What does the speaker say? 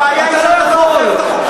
הבעיה היא שאתה לא אוכף את החוקים הקיימים.